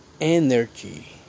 energy